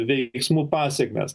veiksmų pasekmes